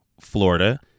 Florida